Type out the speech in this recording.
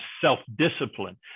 self-discipline